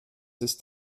ist